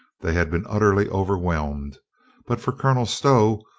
they had been utterly over whelmed but for colonel stow,